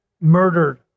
murdered